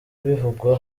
bivugwa